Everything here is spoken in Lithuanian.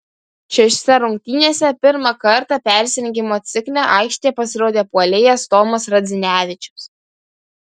šiose rungtynėse pirmą kartą pasirengimo cikle aikštėje pasirodė puolėjas tomas radzinevičius